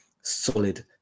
solid